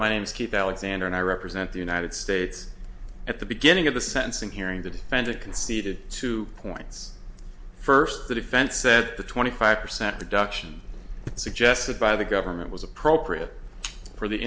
my name is keith alexander and i represent the united states at the beginning of the sentencing hearing the defendant conceded two points first the defense said the twenty five percent reduction suggested by the government was appropriate for the